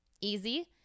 easy